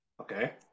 Okay